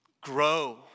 grow